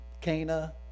Cana